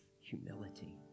humility